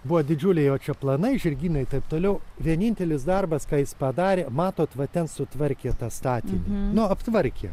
buvo didžiuliai jo čia planai žirgynai taip toliau vienintelis darbas ką jis padarė matot va ten sutvarkė tą statinį nu aptvarkė